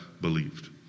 believed